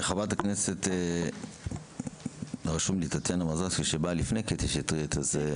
חברת הכנסת טטיאנה מזרסקי, בבקשה.